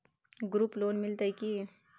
Group loan मिलतै की?